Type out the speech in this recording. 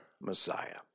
Messiah